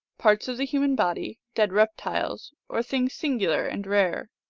parts of the human body, dead reptiles, or things singular and rare.